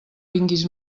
vingues